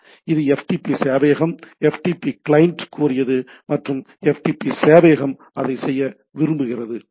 எனவே இது ftp சேவையகம் ftp கிளையன்ட் கோரியது மற்றும் ftp சேவையகம் அதை செய்ய விரும்புகிறது